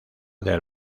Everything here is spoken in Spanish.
del